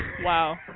Wow